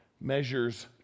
measures